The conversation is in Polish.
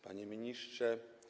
Panie Ministrze!